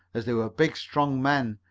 as they were big, strong men,